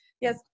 Yes